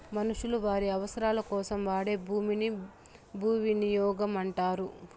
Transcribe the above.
మనుషులు వారి అవసరాలకోసం వాడే భూమిని భూవినియోగం అంటారు